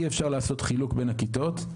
"אי אפשר לעשות חילוק בין הכיתות,